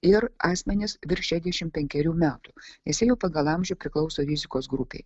ir asmenys virš šešiasdešimt penkerių metų nes jie jau pagal amžių priklauso rizikos grupei